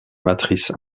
matrices